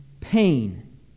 pain